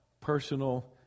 Personal